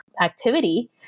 activity